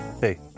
Hey